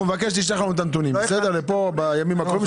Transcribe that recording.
אנחנו נבקש שתשלח לנו את הנתונים לפה בימים הקרובים,